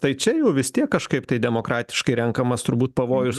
tai čia jau vis tiek kažkaip tai demokratiškai renkamas turbūt pavojus